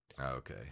Okay